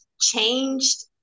changed